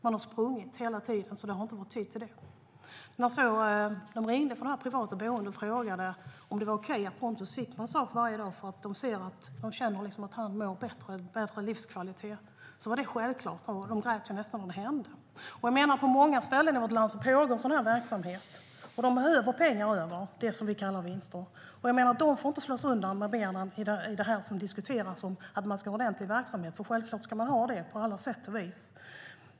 Man har inte haft tid. När de ringde från det privata boendet och frågade om det var okej att Pontus fick massage varje dag för att de märker att han mår bättre och får en bättre livskvalitet av det var det självklart. På många ställen i vårt land pågår sådan verksamhet. De behöver få pengar över, alltså det som vi kallar vinster. Man får inte slå undan benen för dessa verksamheter när man diskuterar att det ska vara fråga om ordentlig verksamhet. Självklart ska man ha det.